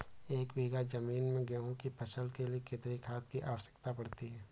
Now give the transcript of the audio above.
एक बीघा ज़मीन में गेहूँ की फसल के लिए कितनी खाद की आवश्यकता पड़ती है?